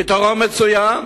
פתרון מצוין.